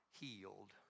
healed